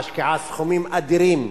היא משקיעה סכומים אדירים.